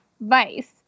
vice